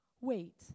wait